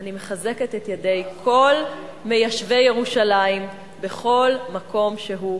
אני מחזקת את ידי כל מיישבי ירושלים בכל מקום שהוא,